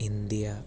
India